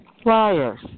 Flyers